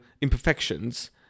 imperfections